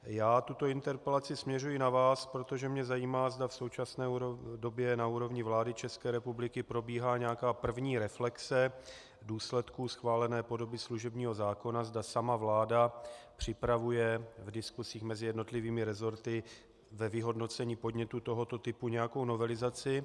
Já tuto interpelaci směřuji na vás, protože mě zajímá, zda v současné době na úrovni vlády České republiky probíhá nějaká první reflexe v důsledku schválené podoby služebního zákona, zda sama vláda připravuje v diskusích mezi jednotlivými resorty ve vyhodnocení podnětů tohoto typu nějakou novelizaci.